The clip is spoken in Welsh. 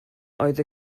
oedd